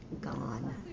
gone